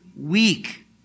weak